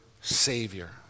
Savior